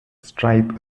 stripe